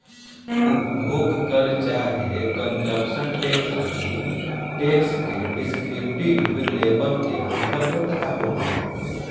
उपभोग कर चाहे कंजप्शन टैक्स भी टैक्स के डिस्क्रिप्टिव लेबल के अंतरगत आवेला